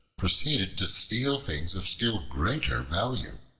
proceeded to steal things of still greater value.